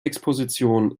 exposition